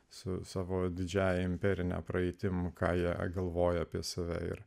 su savo didžiąja imperine praeitimi ką jie galvoja apie save ir